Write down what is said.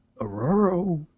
Aurora